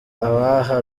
abaha